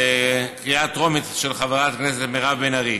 בקריאה טרומית, של חברת הכנסת מירב בן ארי.